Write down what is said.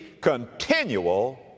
continual